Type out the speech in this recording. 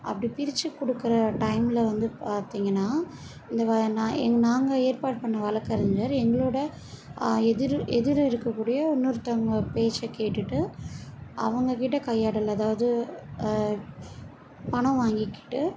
அப்படி பிரிச்சு கொடுக்குற டைம்மில் வந்து பார்த்திங்கனா இந்த வ நான் எங்க நாங்கள் ஏற்பாடு பண்ண வழக்கறிஞர் எங்களோட எதிர் எதிர இருக்கக்கூடிய இன்னொருத்தவங்க பேச்சை கேட்டுகிட்டு அவங்கள்கிட்ட கையாடல் அதாவது பணம் வாங்கிக்கிட்டு